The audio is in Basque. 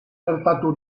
gertatu